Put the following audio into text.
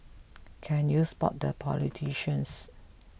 can you spot the politicians